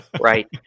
Right